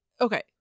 Okay